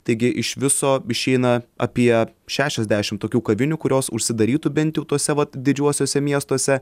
taigi iš viso išeina apie šešiasdešimt tokių kavinių kurios užsidarytų bent jau tuose vat didžiuosiuose miestuose